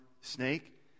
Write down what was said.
snake